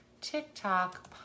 TikTok